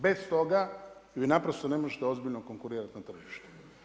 Bez toga vi naprosto ne možete ozbiljno konkurirati na tržištu.